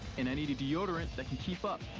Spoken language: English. and i need a deodorant that can keep up.